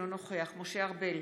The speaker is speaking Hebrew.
אינו נוכח משה ארבל,